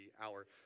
hour